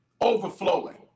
overflowing